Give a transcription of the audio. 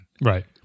Right